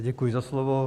Děkuji za slovo.